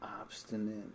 obstinate